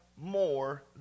more